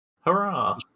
Hurrah